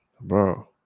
bro